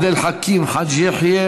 חבר הכנסת עבד אל חכים חאג' יחיא,